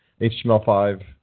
HTML5